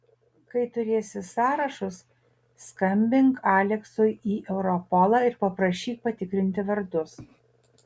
kai turėsi sąrašus skambink aleksui į europolą ir paprašyk patikrinti vardus